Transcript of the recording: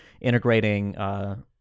integrating